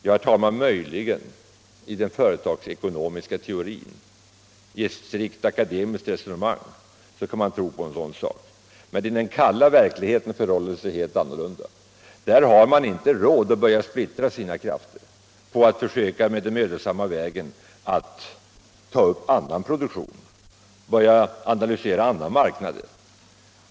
Möjligen kan det ske i den företagsekonomiska teorin. I ett strikt akademiskt resonemang kan man tro på en sådan sak, men i den kalla verkligheten är det helt annorlunda. Där har man inte råd att börja splittra sina krafter på att försöka med den mödosamma vägen att ta upp en annan produktion och börja analysera andra marknader.